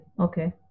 Okay